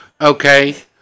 okay